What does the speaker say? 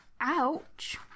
ouch